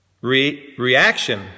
reaction